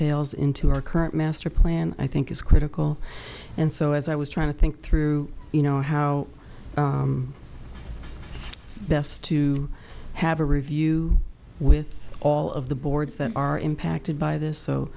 tails into our current master plan i think is critical and so as i was trying to think through you know how best to have a review with all of the boards that are impacted by this so